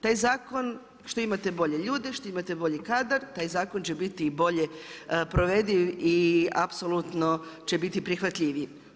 Taj zakon što imate bolje ljude, što imate bolji kadar taj zakon će biti i bolje provediv i apsolutno će biti prihvatljiviji.